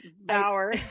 Bauer